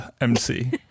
MC